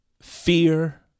fear